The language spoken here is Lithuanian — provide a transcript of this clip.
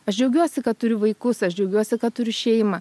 aš džiaugiuosi kad turiu vaikus aš džiaugiuosi kad turiu šeimą